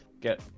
get